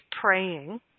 praying